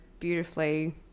Beautifully